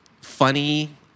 funny